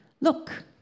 look